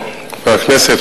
חברי הכנסת,